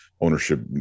ownership